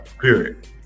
period